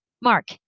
Mark